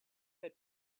but